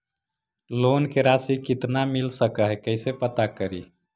Loan के रासि कितना मिल सक है कैसे पता करी?